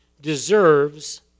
deserves